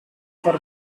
for